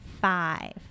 five